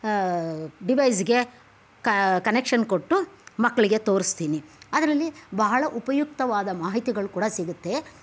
ಡಿವೈಸ್ಗೆ connection ಕೊಟ್ಟು ಮಕ್ಕಳಿಗೆ ತೋರಿಸ್ತೀನಿ ಅದರಲ್ಲಿ ಬಹಳ ಉಪಯುಕ್ತವಾದ ಮಾಹಿತಿಗಳು ಕೂಡ ಸಿಗುತ್ತೆ